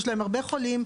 יש להם הרבה חולים,